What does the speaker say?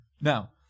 Now